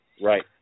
Right